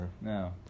No